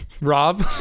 Rob